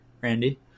Randy